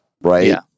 right